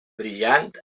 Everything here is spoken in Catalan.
brillant